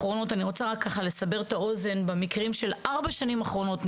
לסבר את האוזן במקרים של ארבע השנים האחרונות.